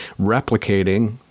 replicating